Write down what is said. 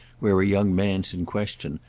where a young man's in question,